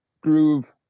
groove